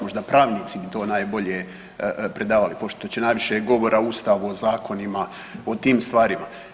Možda pravnici bi to najbolje predavali pošto će najviše govora o Ustavu, o zakonima o tim stvarima?